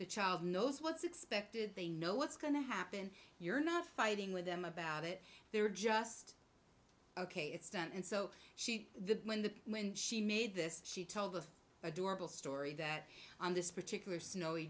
the child knows what's expected they know what's going to happen you're not fighting with them about it they're just ok it's done and so she the when the when she made this she told us adorable story that on this particular snowy